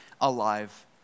alive